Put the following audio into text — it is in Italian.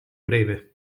breve